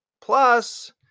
plus